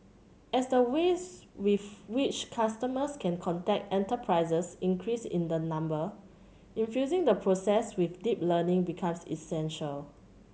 as the ways with which customers can contact enterprises increase in the number infusing the process with deep learning becomes essential